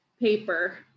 paper